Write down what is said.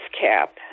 cap